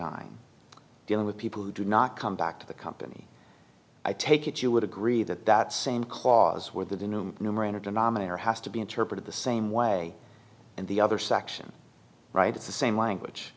nine dealing with people who do not come back to the company i take it you would agree that that same clause where the didn't know marina denominator has to be interpreted the same way and the other section right it's the same language